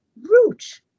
root